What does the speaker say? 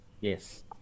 Yes